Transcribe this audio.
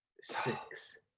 Six